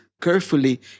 carefully